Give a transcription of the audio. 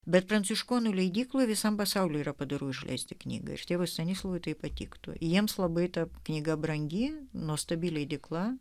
bet pranciškonų leidykloje visam pasauliui yra padoru išleisti knygą iš tėvo stanislovo ir tai patiktų jiems labai tą knygą brangi nuostabi leidykla